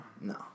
no